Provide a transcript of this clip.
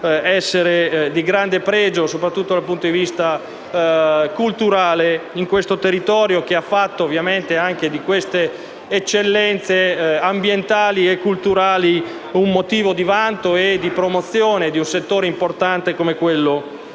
essere di grande pregio, soprattutto dal punto di vista culturale, in un territorio che ha fatto delle eccellenze ambientali e culturali un motivo di vanto e di promozione di un settore importante come quello